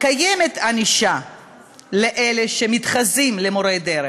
קיימת ענישה של אלה שמתחזים למורי דרך,